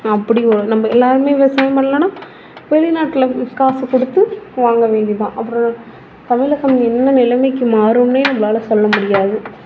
நம்ம எல்லாேருமே விவசாயம் பண்ணலானால் வெளிநாட்டில் காசு கொடுத்து வாங்க வேண்டி தான் அப்புறம் தமிழகம் என்ன நிலைமைக்கு மாறும்னே நம்மளால் சொல்ல முடியாது